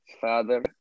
Father